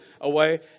away